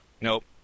Nope